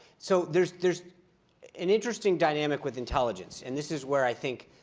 so there's there's an interesting dynamic with intelligence, and this is where i think